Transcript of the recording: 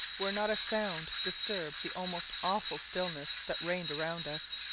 where not a sound disturbed the almost awful stillness that reigned around us.